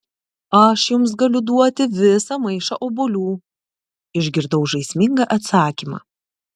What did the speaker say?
aš jums galiu duoti visą maišą obuolių išgirdau žaismingą atsakymą